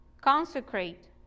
Consecrate